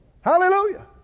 Hallelujah